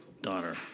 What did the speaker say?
Daughter